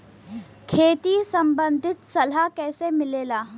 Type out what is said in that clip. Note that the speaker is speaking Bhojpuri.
खेती संबंधित सलाह कैसे मिलेला?